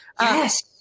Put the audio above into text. Yes